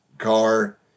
car